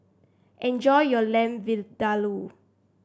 enjoy your Lamb Vindaloo